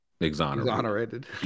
exonerated